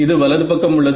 இது வலது பக்கம் உள்ளது